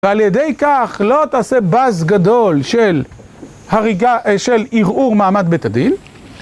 ועל ידי כך לא תעשה באז גדול של הריגה, של ערעור מעמד בית הדין.